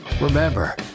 Remember